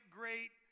great